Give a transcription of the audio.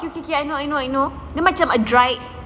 I know I know I know